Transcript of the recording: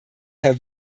herr